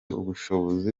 ubushobozi